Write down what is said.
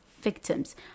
victims